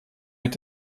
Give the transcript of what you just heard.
mit